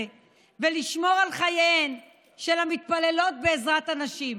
ולשמור על חייהן של המתפללות בעזרת הנשים.